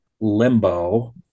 limbo